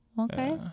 okay